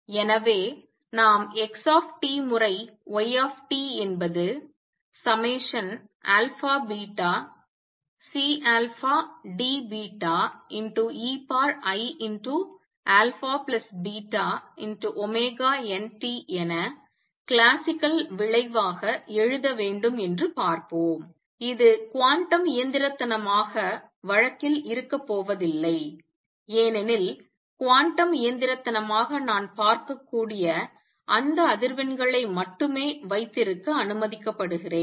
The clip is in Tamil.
எனவே நாம் x முறை y என்பது αβCDeiαβωnt என கிளாசிக்கல் விளைவாக எழுத வேண்டும் என்று பார்ப்போம் இது குவாண்டம் இயந்திரத்தனமாக வழக்கில் இருக்க போவதில்லை ஏனெனில் குவாண்டம் இயந்திரத்தனமாக நான் பார்க்கக்கூடிய அந்த அதிர்வெண்களை மட்டுமே வைத்திருக்க அனுமதிக்கப்படுகிறேன்